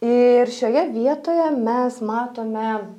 ir šioje vietoje mes matome